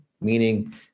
meaning